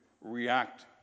react